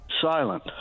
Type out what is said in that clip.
silent